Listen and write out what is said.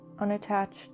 unattached